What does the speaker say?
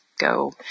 go